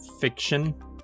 Fiction